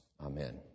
Amen